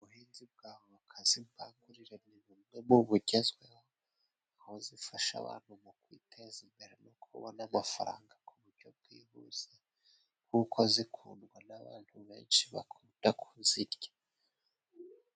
Ubuhinzi bwa avoka z'imbangurire ni bumwe mu ubugezwehoho, kuko zifasha abantu mu kwiteza imbere, no kubona amafaranga ku buryo bwihuse, kuko zikundwa n'abantu benshi bakunda kuzirya.